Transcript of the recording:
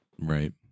right